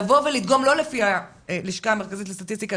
לדגום לא לפי הלשכה המרכזית לסטטיסטיקה,